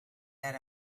that